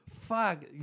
Fuck